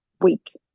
week